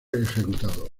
ejecutado